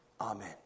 Amen